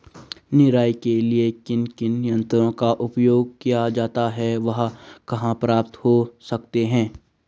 निराई के लिए किन किन यंत्रों का उपयोग किया जाता है वह कहाँ प्राप्त हो सकते हैं?